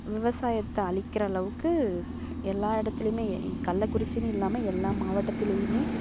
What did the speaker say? விவசாயத்தை அழிக்கின்ற அளவுக்கு எல்லா இடத்துலையுமே கள்ளக்குறிச்சினு இல்லாமல் எல்லா மாவட்டத்திலேயுமே